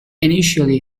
initially